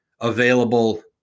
available